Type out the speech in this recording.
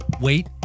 Wait